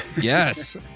Yes